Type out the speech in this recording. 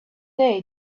day